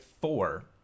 four